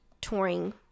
touring